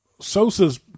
Sosa's